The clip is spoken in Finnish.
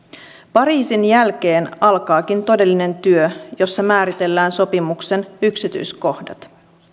pariisin jälkeen alkaakin todellinen työ jossa määritellään sopimuksen yksityiskohdat